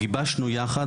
גיבשנו יחד,